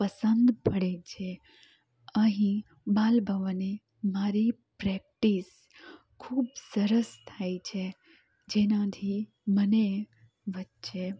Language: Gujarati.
પસંદ પડે છે અહીં બાલભવને મારી પ્રેક્ટિસ ખૂબ સરસ થાય છે જેનાંથી મને વચ્ચે